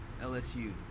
LSU